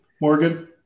Morgan